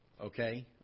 Okay